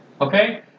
okay